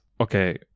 okay